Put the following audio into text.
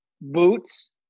Boots